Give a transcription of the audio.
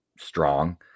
strong